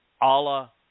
Allah